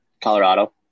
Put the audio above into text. Colorado